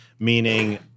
Meaning